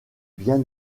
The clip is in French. biens